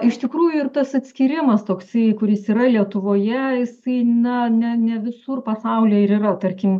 iš tikrųjų ir tas atskyrimas toksai kuris yra lietuvoje jisai na ne ne visur pasaulyje ir yra tarkim